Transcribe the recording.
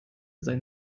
sein